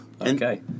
Okay